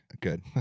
Good